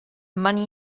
money